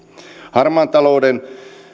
harmaan talouden